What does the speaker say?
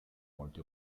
molti